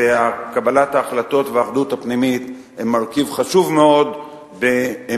וקבלת ההחלטות והאחדות הפנימית הן מרכיב חשוב מאוד בעמדותינו,